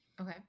Okay